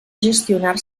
gestionar